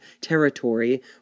territory